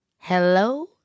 hello